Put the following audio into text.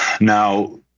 Now